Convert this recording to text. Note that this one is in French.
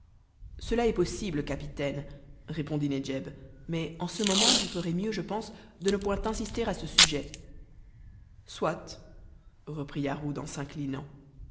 cela est possible capitaine répondit nedjeb mais en ce moment vous ferez mieux je pense de ne point insister à ce sujet soit reprit yarhud en s'inclinant